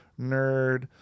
nerd